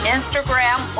Instagram